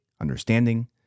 understanding